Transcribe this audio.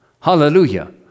hallelujah